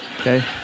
Okay